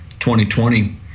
2020